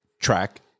track